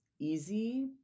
easy